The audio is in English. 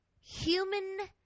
human